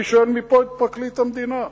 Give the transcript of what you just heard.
אני שואל מפה את פרקליט המדינה,